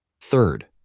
Third